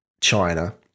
China